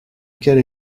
quelle